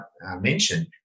mentioned